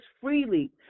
freely